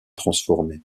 transformés